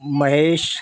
Mahesh